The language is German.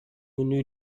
menü